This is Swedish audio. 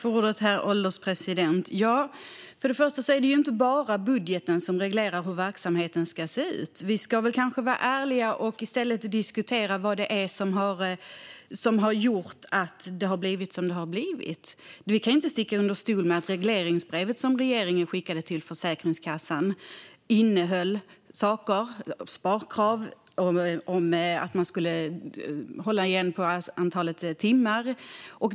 Herr ålderspresident! Till att börja med är det ju inte bara budgeten som reglerar hur verksamheten ska se ut. Vi ska kanske vara ärliga och i stället diskutera vad som har gjort att det blivit som det har blivit. Vi kan inte sticka under stol med att det regleringsbrev som regeringen skickade till Försäkringskassan innehöll sparkrav som att man skulle hålla igen på antalet timmar.